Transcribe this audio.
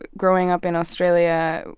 ah growing up in australia,